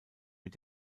mit